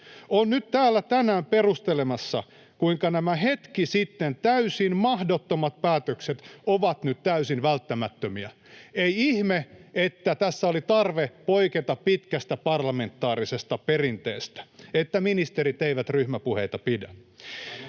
on täällä tänään perustelemassa, kuinka nämä hetki sitten täysin mahdottomat päätökset ovat nyt täysin välttämättömiä. Ei ihme, että tässä oli tarve poiketa pitkästä parlamentaarisesta perinteestä, että ministerit eivät ryhmäpuheita pidä.